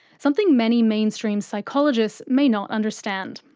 something many mainstream psychologists may not understand.